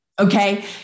Okay